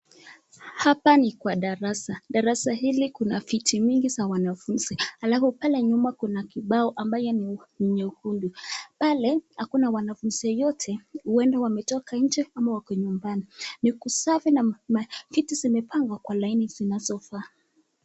Hapa ni kwa darasa, darasa hili kuna viti mingi za wanafunzi halafu pale nyuma kuna kibao ambayo ni Nyekundu. Pale hakuna wanafunzi yeyote huenda wametoka nje ama wako nyumbani. Ni kusafi na vitu zimepangwa kwa laini zinazofaa.